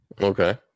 Okay